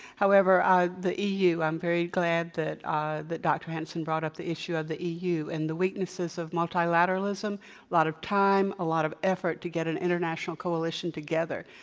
however, ah the e. u, i'm very glad that ah that dr. hanson brought up the issue of the e. u. and the weaknesses of multilateralism. a lot of time, a lot of effort to get an international coalition together.